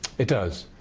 it does.